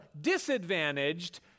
disadvantaged